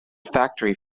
factory